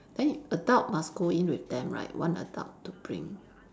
then adult must go in with them right one adult to bring